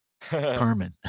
Carmen